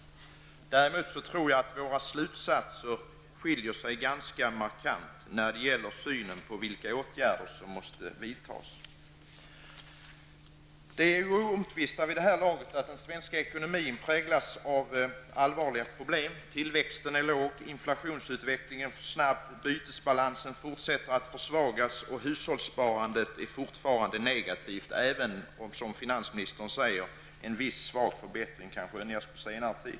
Däremot tror jag att våra slutsatser skiljer sig ganska markant när det gäller vilka åtgärder som måste vidtas. Det är oomtvistat vid det här laget att den svenska ekonomin präglas av allvarliga problem. Tillväxten är låg, inflationsutvecklingen för snabb, bytesbalansen fortsätter att försvagas, och hushållssparandet är fortfarande negativt även om, som statsrådet säger, en viss svag förbättring kan skönjas på senare tid.